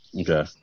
Okay